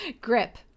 grip